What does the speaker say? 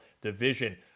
division